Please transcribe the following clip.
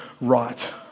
right